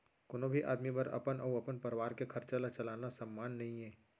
कोनो भी आदमी बर अपन अउ अपन परवार के खरचा ल चलाना सम्मान नइये